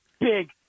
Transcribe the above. big